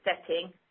setting